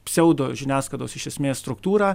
pseudožiniasklaidos iš esmės struktūrą